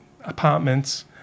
apartments